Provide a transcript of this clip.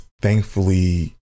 thankfully